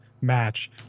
match